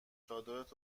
چادرت